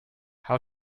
how